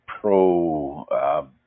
pro